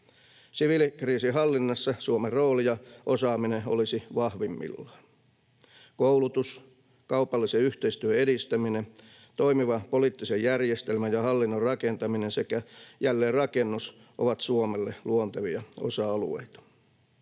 Siviilikriisinhallinnassa Suomen rooli ja osaaminen olisivat vahvimmillaan. Koulutus, kaupallisen yhteistyön edistäminen, toimivan poliittisen järjestelmän ja hallinnon rakentaminen sekä jälleenrakennus ovat Suomelle luontevia osa-alueita.